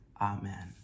Amen